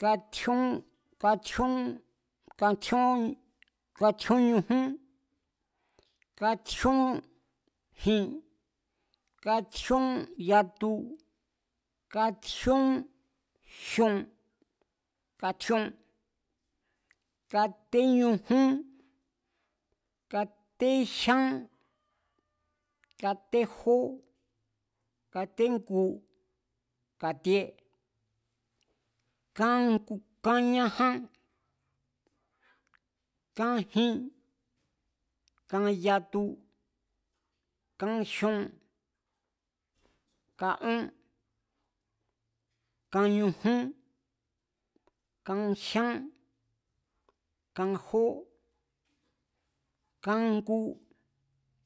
Katjíón katjíón, katjíón, katjíón ñujún, katjíón jin, katjíón yatu, katjíón jyon, katjíón, katé ñujún kate jyán katé jó, katé jngu, katíé, kan ñajan, kan jin, kan yatu, kan jyon, kan ón, kan ñujún, kan jyán, kan jó, kajngu,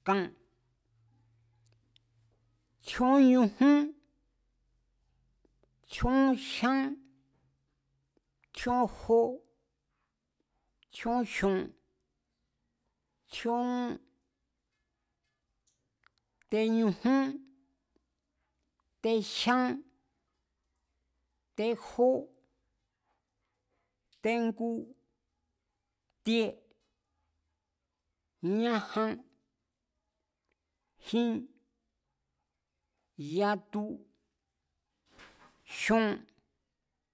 kan, tjíón ñujun, tjíón jyán, tjíón jó, tjíón jngu, tjíón, teñujún, tejyán, tejó, tejngu, tie, ñajan, jin, yatu, jyon